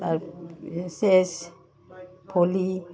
তাৰ এই চেছ ভলী